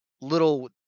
little